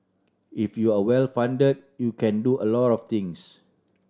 if you are well fund you can do a lot of things